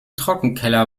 trockenkeller